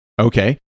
okay